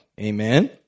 Amen